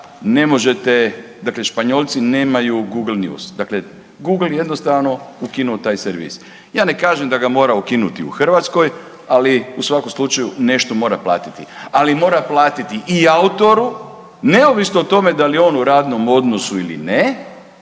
ne možete, dakle Španjolci nemaju Google news. Dakle Google jednostavno, ukinut taj servis. Ja ne kažem da ga mora ukinuti u Hrvatskoj, ali u svakom slučaju, nešto mora platiti. Ali, mora platiti i autoru, neovisno o tome da li je on u radnom odnosu ili ne